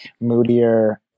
moodier